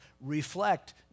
reflect